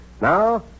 Now